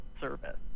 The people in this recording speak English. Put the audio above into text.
service